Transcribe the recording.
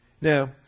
Now